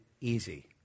easy